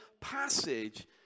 passage